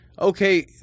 Okay